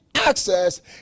access